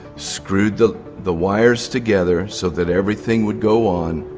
screwed the the wires together so that everything would go on.